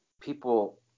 people